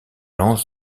lance